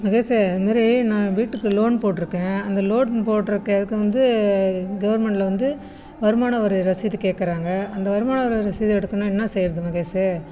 மகேஷ் இதுமாரி நான் வீட்டுக்கு லோன் போட்டிருக்கேன் அந்த லோன் போட்டிருக்க அதுக்கு வந்து கவுர்மெண்ட்டில் வந்து வருமான வரி ரசீது கேட்குறாங்க அந்த வருமான வரி ரசீதை எடுக்குணும்னால் என்ன செய்கிறது மகேஷ்